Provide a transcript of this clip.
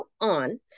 on